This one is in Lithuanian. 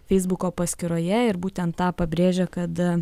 feisbuko paskyroje ir būtent tą pabrėžia kad